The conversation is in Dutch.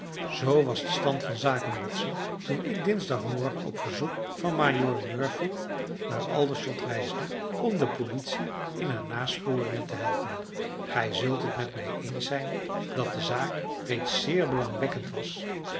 zoo was de stand van zaken watson toen ik dinsdagmorgen op verzoek van majoor murphy naar aldershot reisde om de politie in haar nasporingen te helpen gij zult het met mij eens zijn dat de zaak reeds zeer belangwekkend was